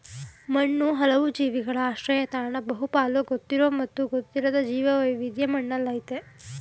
ಮಣ್ಣು ಹಲವು ಜೀವಿಗಳ ಆಶ್ರಯತಾಣ ಬಹುಪಾಲು ಗೊತ್ತಿರೋ ಮತ್ತು ಗೊತ್ತಿರದ ಜೀವವೈವಿಧ್ಯ ಮಣ್ಣಿನಲ್ಲಯ್ತೆ